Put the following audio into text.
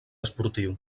esportiu